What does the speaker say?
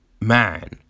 man